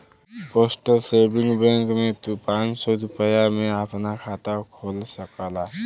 postal saving bank में तू पांच सौ रूपया में आपन खाता खोल सकला